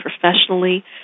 professionally